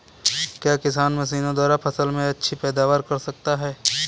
क्या किसान मशीनों द्वारा फसल में अच्छी पैदावार कर सकता है?